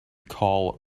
call